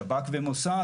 שב"כ ומוסד,